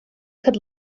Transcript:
could